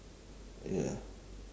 ya